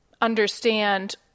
understand